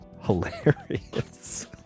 hilarious